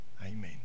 Amen